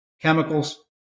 chemicals